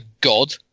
god